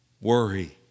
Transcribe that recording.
worry